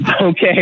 okay